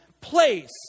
place